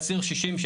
על ציר 60,